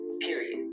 period